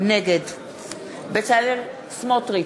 נגד בצלאל סמוטריץ,